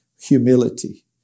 Humility